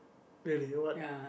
really what